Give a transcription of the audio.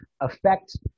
affect